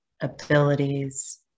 abilities